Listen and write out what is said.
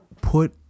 put